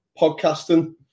podcasting